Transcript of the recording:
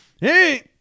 Hey